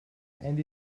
and